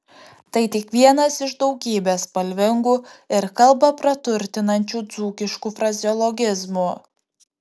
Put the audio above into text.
tai tik vienas iš daugybės spalvingų ir kalbą praturtinančių dzūkiškų frazeologizmų